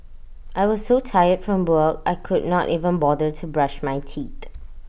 I was so tired from work I could not even bother to brush my teeth